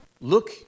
look